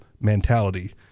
mentality